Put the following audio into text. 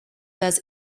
does